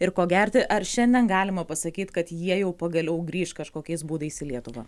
ir ko gerti ar šiandien galima pasakyt kad jie jau pagaliau grįš kažkokiais būdais į lietuvą